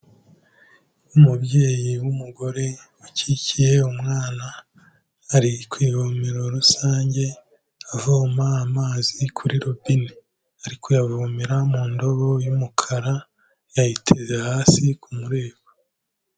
Umubyeyi w'umugore akikiye umwana, ari ku ivomero rusange avoma amazi kuri robine, ari kuyavomera mu ndobo y'umukara yayiteze hasi ku mureko.